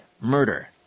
murder